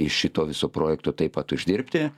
iš šito viso projekto taip pat uždirbti